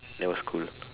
that was cool